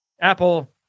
Apple